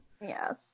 Yes